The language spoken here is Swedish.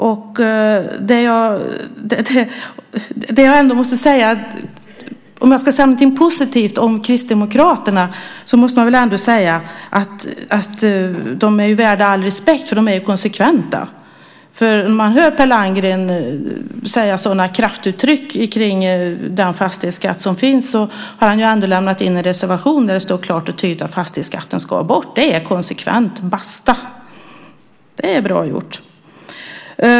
Om jag ska säga något positivt om Kristdemokraterna så är det att de är värda all respekt för att de är konsekventa. Per Landgren använder kraftuttryck kring den fastighetsskatt som finns, men han har också lämnat in en reservation där det står klart och tydligt att fastighetsskatten ska bort. Basta! Det är konsekvent. Det är bra gjort.